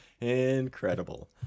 incredible